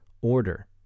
order